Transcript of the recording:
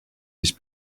his